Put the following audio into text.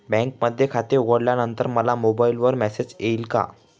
बँकेमध्ये खाते उघडल्यानंतर मला मोबाईलवर मेसेज येईल का?